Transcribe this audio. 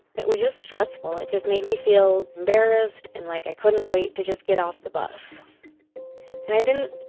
it was just stressful. it just made me feel embarrassed and like i couldn't wait to just get off the bus and i didn't.